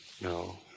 No